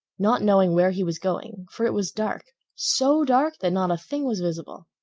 not knowing where he was going, for it was dark, so dark that not a thing was visible.